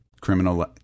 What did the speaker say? criminal